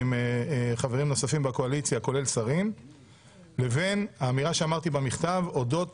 ועם חברים נוספים בקואליציה כולל שרים לבין האמירה שאמרתי במכתב אודות